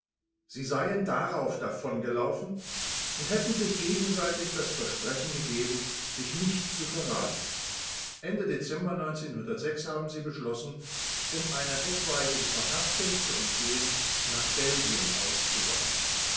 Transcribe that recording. sie seien darauf davongelaufen und hätten sich gegenseitig das versprechen gegeben sich nicht zu verraten ende dezember haben sie beschlossen um einer etwaigen verhaftung zu entgehen nach belgien auszuwandern